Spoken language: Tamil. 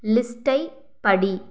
லிஸ்ட்டை படி